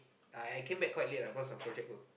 I came back quite late lah cause of project work